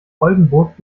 oldenburg